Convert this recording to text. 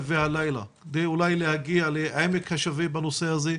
והלילה כדי להגיע לעמק השווה בנושא הזה.